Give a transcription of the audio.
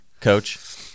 coach